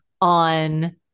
on